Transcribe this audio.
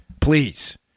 please